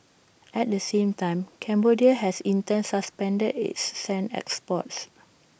at the same time Cambodia has in turn suspended its sand exports